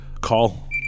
call